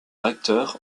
recteur